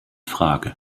frage